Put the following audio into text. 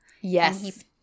Yes